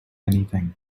anything